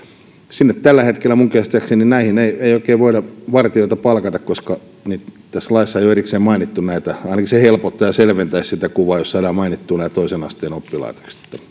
sinne tällä hetkellä minun käsittääkseni ei ei oikein voida vartijoita palkata koska tässä laissa ei ole erikseen mainittu toisen asteen oppilaitoksia ainakin se helpottaisi ja selventäisi sitä kuvaa jos saadaan mainittua nämä toisen asteen oppilaitokset